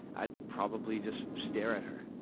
i'd probably just stare at her.